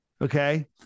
okay